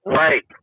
right